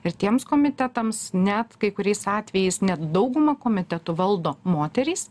ir tiems komitetams net kai kuriais atvejais net daugumą komitetų valdo moterys